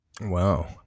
Wow